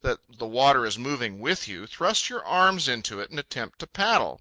that the water is moving with you, thrust your arms into it and attempt to paddle